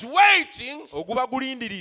waiting